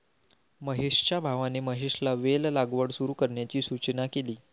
महेशच्या भावाने महेशला वेल लागवड सुरू करण्याची सूचना केली